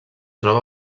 troba